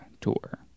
tour